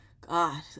god